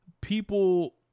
People